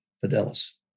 fidelis